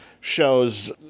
shows